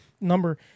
number